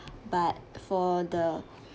but for the